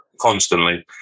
constantly